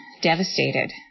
devastated